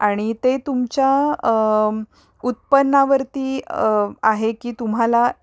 आणि ते तुमच्या उत्पन्नावरती आहे की तुम्हाला